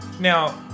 Now